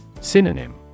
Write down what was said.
Synonym